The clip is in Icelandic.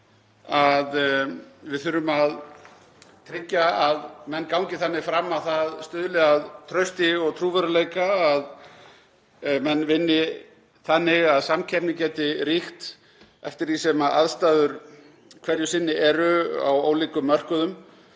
við þurfum að tryggja að menn gangi þannig fram að það stuðli að trausti og trúverðugleika, að menn vinni þannig að samkeppni geti ríkt eftir því sem aðstæður hverju sinni eru á ólíkum mörkuðum,